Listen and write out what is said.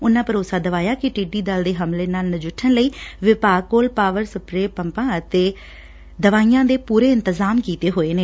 ਉਨਾਂ ਯਕੀਨ ਦਵਾਇਆ ਐ ਕਿ ਟਿੱਡੀ ਦਲ ਦੇ ਹਮਲੇ ਨਾਲ ਨਜਿੱਠਣ ਲਈ ਵਿਭਾਗ ਕੋਲ ਪਾਵਰ ਸਪਰੇ ਪੰਪਾਂ ਅਤੇ ਦਵਾਈਆਂ ਦੇ ਪੁਰੇਂ ਇੰਤਜਾਮ ਕੀਏ ਹੋਏ ਨੇ